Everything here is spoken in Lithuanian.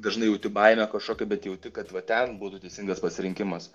dažnai jauti baimę kažkokią bet jauti kad va ten būtų teisingas pasirinkimas